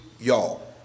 y'all